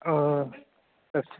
ओ